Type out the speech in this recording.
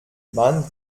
man